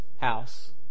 house